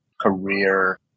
career